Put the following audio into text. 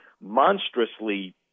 monstrously